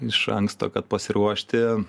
iš anksto kad pasiruošti